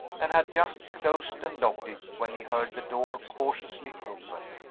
and had just closed and locked it, when he heard the door cautiously opened.